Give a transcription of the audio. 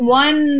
one